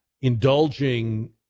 indulging